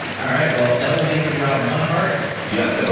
all right. well, that will make your job much harder. yes, so